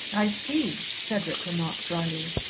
i see, cedric remarked drily.